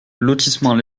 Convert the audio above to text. lotissement